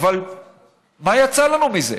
אבל מה יצא לנו מזה?